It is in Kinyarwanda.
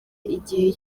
igihe